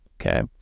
Okay